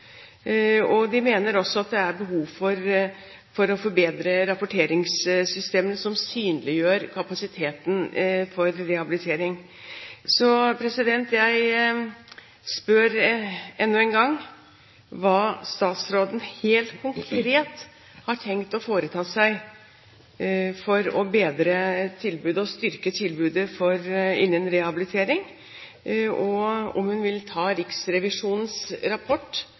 De mener også at det er behov for å forbedre rapporteringssystemene som synliggjør kapasiteten for rehabilitering. Jeg spør enda en gang hva statsråden helt konkret har tenkt å foreta seg for å bedre og styrke tilbudet innen rehabilitering, og om hun vil ta Riksrevisjonens rapport